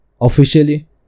officially